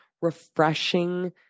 refreshing